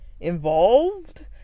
involved